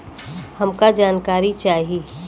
हमका जानकारी चाही?